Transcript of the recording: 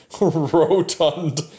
rotund